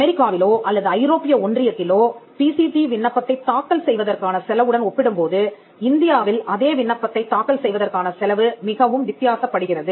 அமெரிக்காவிலோ அல்லது ஐரோப்பிய ஒன்றியத்திலோ பிசிடி விண்ணப்பத்தைத் தாக்கல் செய்வதற்கான செலவுடன் ஒப்பிடும்போது இந்தியாவில் அதே விண்ணப்பத்தைத் தாக்கல் செய்வதற்கான செலவு மிகவும் வித்தியாசப்படுகிறது